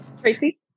Tracy